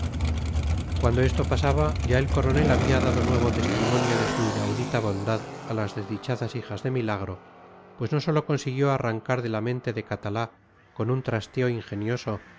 cuando esto pasaba ya el coronel había dado nuevo testimonio de su inaudita bondad a las desdichadas hijas de milagro pues no sólo consiguió arrancar de la mente de catalá con un trasteo ingenioso